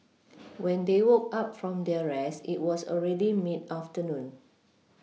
when they woke up from their rest it was already mid afternoon